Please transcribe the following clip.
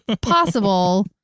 possible